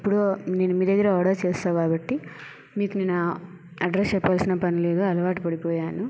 ఎప్పుడు నేను మీ దగ్గరే ఆర్డర్ చేస్తా కాబట్టి మీకు నేను అడ్రెస్ చెప్పాల్సిన పనిలేదు అలవాటుపడిపోయాను